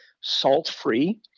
salt-free